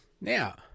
Now